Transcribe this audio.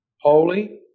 Holy